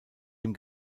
dem